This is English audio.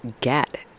get